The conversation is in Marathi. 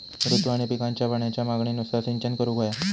ऋतू आणि पिकांच्या पाण्याच्या मागणीनुसार सिंचन करूक व्हया